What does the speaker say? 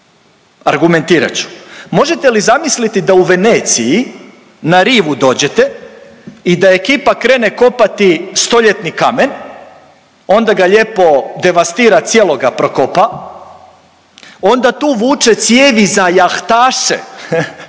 Argumentirat ću, možete li zamisliti da u Veneciji na rivu dođete i da ekipa krene kopati stoljetni kamen, onda ga lijepo devastira cijelog ga prokopa, onda tu vuče cijevi za jahtaše,